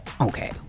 okay